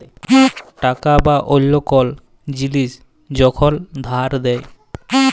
টাকা বা অল্য কল জিলিস যখল ধার দেয়